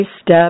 step